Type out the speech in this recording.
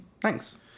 Thanks